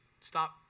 stop